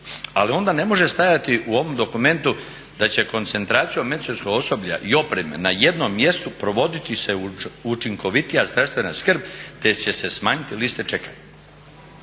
ali onda ne može stajati u ovom dokumentu da će koncentracijom medicinskog osoblja i opreme na jednom mjestu provoditi se učinkovitija zdravstvena skrb te će smanjiti liste čekanja.